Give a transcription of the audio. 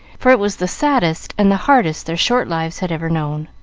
for it was the saddest and the hardest their short lives had ever known.